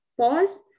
Pause